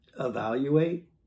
evaluate